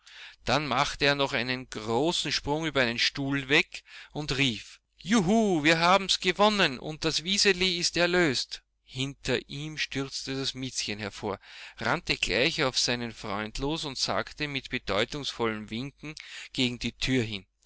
dann machte er noch einen großen sprung über einen stuhl weg und rief juhe wir haben's gewonnen und das wiseli ist erlöst hinter ihm stürzte das miezchen hervor rannte gleich auf seinen freund los und sagte mit bedeutungsvollem winken gegen die tür hin